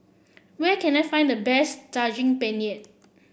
where can I find the best Daging Penyet